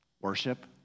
Worship